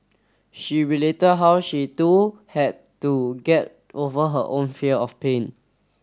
she related how she too had to get over her own fear of pain